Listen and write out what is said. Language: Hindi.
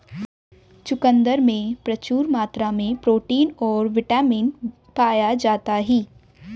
चुकंदर में प्रचूर मात्रा में प्रोटीन और बिटामिन पाया जाता ही